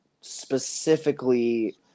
specifically